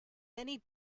many